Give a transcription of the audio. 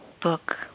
book